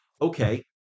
okay